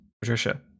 Patricia